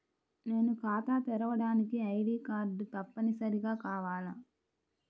నేను ఖాతా తెరవడానికి ఐ.డీ కార్డు తప్పనిసారిగా కావాలా?